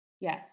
Yes